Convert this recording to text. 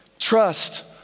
Trust